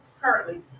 currently